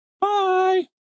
Bye